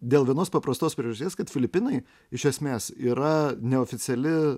dėl vienos paprastos priežasties kad filipinai iš esmės yra neoficiali